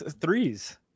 threes